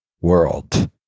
world